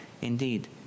Indeed